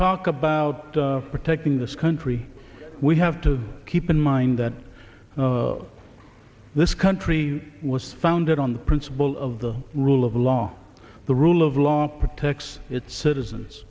talk about protecting this country we have to keep in mind that this country was founded on the principle of the rule of law the rule of law protects its citizens